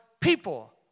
people